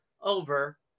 over